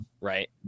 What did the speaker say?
right